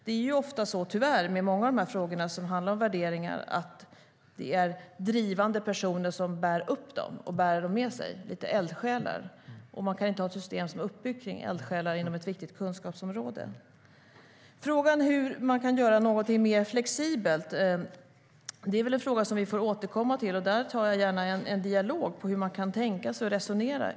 Ofta är det tyvärr så med många av de frågor som handlar om värderingar att det är drivande personer som bär upp dem och bär dem med sig. De är något av eldsjälar, och man kan inte ha ett system som är uppbyggt kring eldsjälar inom ett viktigt kunskapsområde. Frågan om hur man kan göra någonting mer flexibelt är en fråga som vi får återkomma till. Jag tar gärna en dialog om hur man kan tänka sig att resonera.